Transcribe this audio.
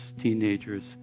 teenagers